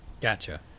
gotcha